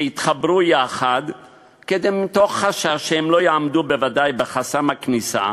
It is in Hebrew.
שיתחברו בוודאי מתוך חשש שלא יעמדו בחסם הכניסה,